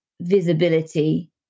visibility